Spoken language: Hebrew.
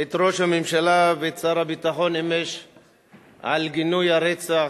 את ראש הממשלה ואת שר הביטחון על גינוי הרצח